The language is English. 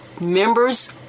members